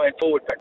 forward